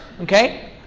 okay